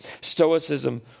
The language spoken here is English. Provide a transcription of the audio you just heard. Stoicism